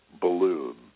balloon